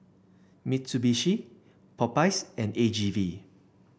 Mitsubishi Popeyes and A G V